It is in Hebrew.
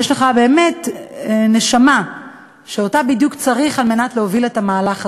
יש לך באמת נשמה שכמותה בדיוק צריך כדי להוביל את המהלך הזה.